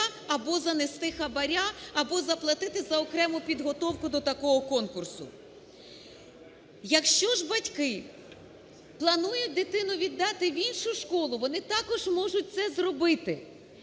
або занести хабара, або заплатити за окрему підготовку до такого конкурсу. Якщо ж батьки планують дитину віддати в іншу школу, вони також можуть це зробити